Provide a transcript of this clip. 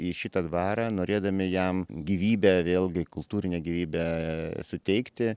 į šitą dvarą norėdami jam gyvybę vėlgi kultūrinę gyvybę suteikti